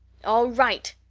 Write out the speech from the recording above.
all right!